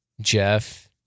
jeff